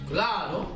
Claro